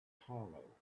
hollow